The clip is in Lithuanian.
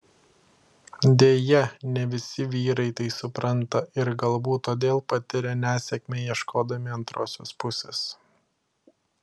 deja ne visi vyrai tai supranta ir galbūt todėl patiria nesėkmę ieškodami antrosios pusės